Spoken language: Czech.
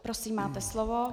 Prosím, máte slovo.